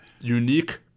unique